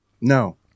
No